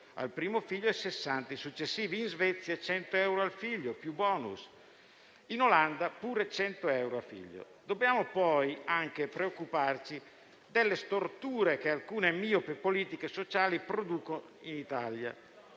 al primo figlio e 60 ai successivi, in Svezia 100 euro a figlio più *bonus,* in Olanda 100 euro a figlio. Dobbiamo poi anche preoccuparci delle storture che alcune miopi politiche sociali producono in Italia.